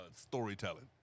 storytelling